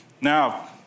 Now